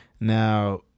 Now